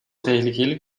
tehlikeli